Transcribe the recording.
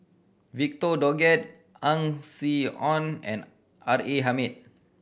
Victor Doggett Ang Swee Aun and R A Hamid